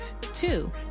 two